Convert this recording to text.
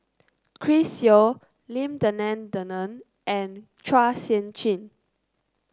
Chris Yeo Lim Denan Denon and Chua Sian Chin